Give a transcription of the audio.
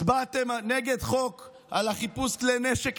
הצבעתם נגד חוק על חיפוש כלי נשק.